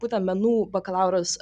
būten menų bakalaurus